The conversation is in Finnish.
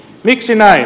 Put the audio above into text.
miksi näin